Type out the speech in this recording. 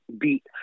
beat